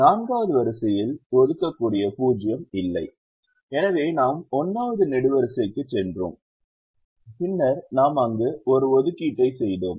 4 வது வரிசையில் ஒதுக்கக்கூடிய 0 இல்லை எனவே நாம் 1 வது நெடுவரிசைக்குச் சென்றோம் பின்னர் நாம் அங்கு ஒரு ஒதுக்கீட்டை செய்தோம்